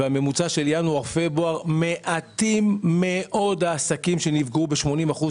בממוצע של ינואר-פברואר מעטים מאוד העסקים שנפגעו ב-80%.